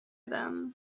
them